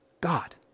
God